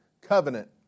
covenant